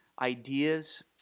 ideas